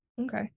Okay